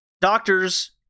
doctors